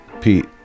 Pete